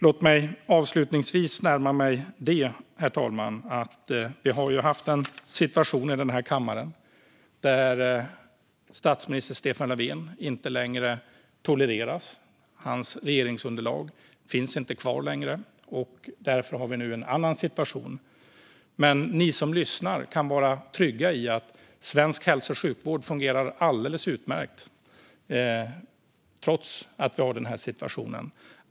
Låt mig avslutningsvis närma mig den situation vi nu har i kammaren, det vill säga att statsminister Stefan Löfven inte längre tolereras. Hans regeringsunderlag finns inte kvar, och därför har vi nu en annan situation. Men de som lyssnar kan vara trygga med att svensk hälso och sjukvård fungerar alldeles utmärkt, trots den situation som råder.